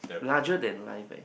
larger than life eh